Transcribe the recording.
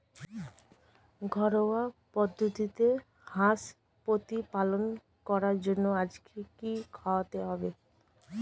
ঘরোয়া পদ্ধতিতে হাঁস প্রতিপালন করার জন্য আজকে কি খাওয়াতে হবে?